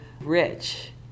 rich